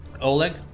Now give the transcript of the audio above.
Oleg